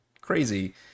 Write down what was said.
crazy